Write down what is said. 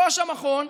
ראש המכון,